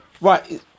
Right